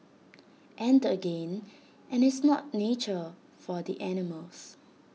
and again and it's not nature for the animals